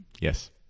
Yes